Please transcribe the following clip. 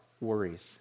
worries